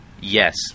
yes